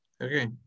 Okay